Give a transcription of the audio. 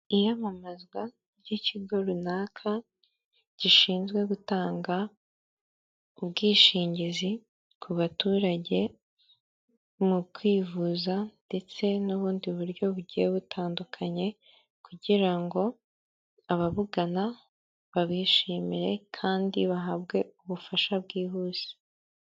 Iyamamazwa ry'ikigo runaka gishinzwe gutanga ubwishingizi ku baturage mu kwivuza ndetse n'ubundi buryo bugiye butandukanye kugira ngo ababugana babishimire kandi bahabwe ubufasha bwihuse.